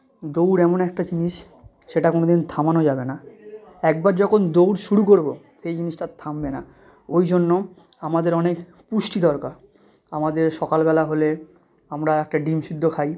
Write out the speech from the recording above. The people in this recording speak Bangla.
দৌড় এমন একটা জিনিস সেটা কোনো দিন থামানো যাবে না একবার যখন দৌড় শুরু করব সেই জিনিসটা আর থামবে না ওই জন্য আমাদের অনেক পুষ্টি দরকার আমাদের সকালবেলা হলে আমরা একটা ডিম সিদ্ধ খাই